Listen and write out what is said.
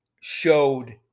showed